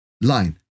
line